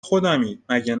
خودمی، مگه